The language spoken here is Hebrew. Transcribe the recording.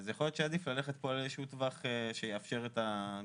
אז יכול להיות שעדיף ללכת על איזשהו טווח שיאפשר את הגמישות